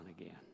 again